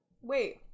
Wait